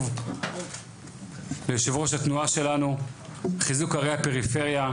ליושב-ראש התנועה שלנו חיזוק ערי הפריפריה,